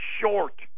short